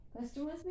customers